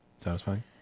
satisfying